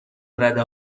رده